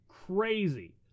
crazy